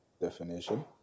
definition